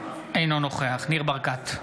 אינו נוכח ניר ברקת,